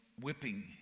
whipping